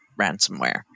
ransomware